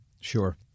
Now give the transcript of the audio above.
sure